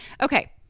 Okay